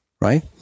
right